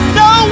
no